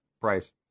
price